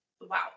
wow